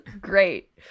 great